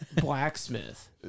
Blacksmith